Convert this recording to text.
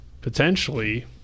potentially